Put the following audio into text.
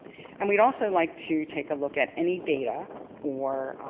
and we'd also like to take a look at any data or